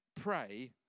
Pray